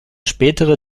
spätere